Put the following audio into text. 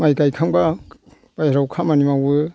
माइ गायखांबा बाहेरायाव खामानि मावो